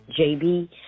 JB